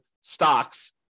stocks